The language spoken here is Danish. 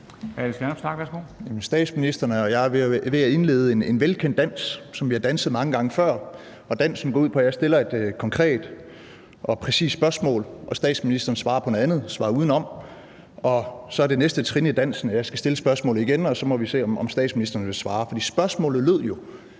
Statsministeren og jeg er ved at indlede en velkendt dans, som vi har danset mange gange før, og dansen går ud på, at jeg stiller et konkret og præcist spørgsmål, og statsministeren svarer på noget andet, svarer udenom, og så er det næste trin i dansen, at jeg skal stille spørgsmålet igen, og så må vi se, om statsministeren vil svare. Spørgsmålet lød jo: